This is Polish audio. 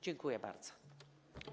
Dziękuję bardzo.